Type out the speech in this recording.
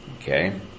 Okay